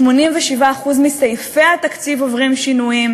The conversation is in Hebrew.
87% מסעיפי התקציב עוברים שינויים,